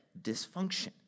dysfunction